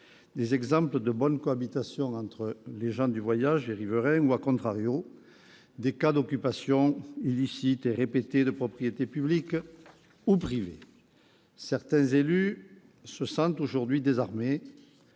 des exemples de bonne cohabitation entre gens du voyage et riverains ou,, des cas d'occupation illicite et répétée de propriétés publiques ou privées. Certains élus se sentent aujourd'hui désarmés,